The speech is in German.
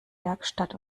werkstatt